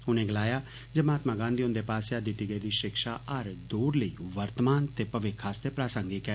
उनें गलाया जे महात्मा गांधी हुन्दे पास्सेआ दित्ती गेदी शिक्षा हर दौर लेई वर्तमान ते भविक्ख आस्ते प्रासंगिक ऐ